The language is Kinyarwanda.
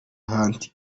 hunt